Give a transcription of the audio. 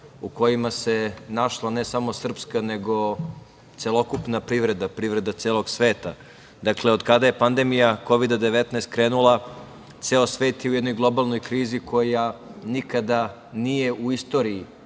u kojima se našla, ne samo srpska, nego celokupna privreda, privreda celog sveta. Dakle, od kada je pandemija Kovida 19 krenula ceo svet je u jednoj globalnoj krizi koja nikada nije u istoriji